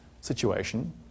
situation